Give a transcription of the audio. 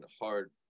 hard